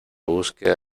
búsqueda